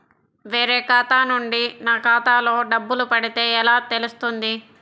వేరే ఖాతా నుండి నా ఖాతాలో డబ్బులు పడితే ఎలా తెలుస్తుంది?